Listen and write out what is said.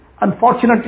unfortunately